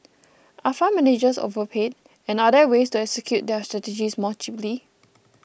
are fund managers overpaid and are there ways to execute their strategies more cheaply